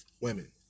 women